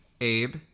abe